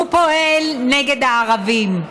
הוא פועל נגד הערבים,